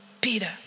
Peter